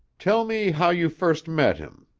tell me how you first met him.